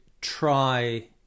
try